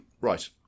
right